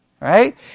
right